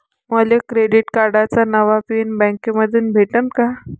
मले क्रेडिट कार्डाचा नवा पिन बँकेमंधून भेटन का?